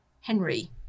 henry